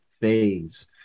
phase